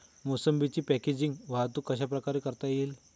मोसंबीची पॅकेजिंग वाहतूक कशाप्रकारे करता येईल?